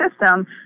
system